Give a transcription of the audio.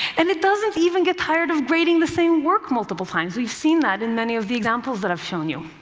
and it doesn't even get tired of grading the same work multiple times, we've seen that in many of the examples that i've shown you.